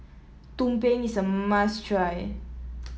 Tumpeng is a must try